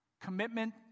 Commitment